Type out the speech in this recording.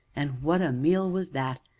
and what a meal was that!